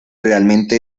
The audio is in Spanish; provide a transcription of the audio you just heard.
realmente